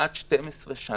כמעט 12 שנה.